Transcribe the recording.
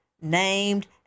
named